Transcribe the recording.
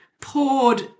poured